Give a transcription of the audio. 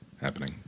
happening